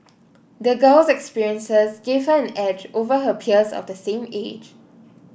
the girl's experiences gave her an edge over her peers of the same age